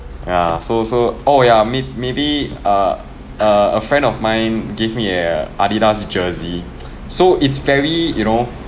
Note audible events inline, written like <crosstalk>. ya so so oh yeah mayb~ maybe err uh a friend of mine gave me a Adidas jersey <breath> so it's very you know